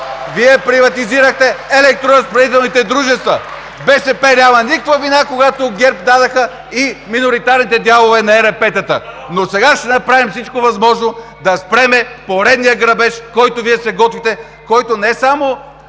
Вие приватизирахте електроразпределителните дружества! БСП няма никаква вина, когато ГЕРБ дадоха и миноритарните дялове на ЕРП-тата! Но сега ще направим всичко възможно да спрем поредния грабеж, който Вие се готвите, който не само,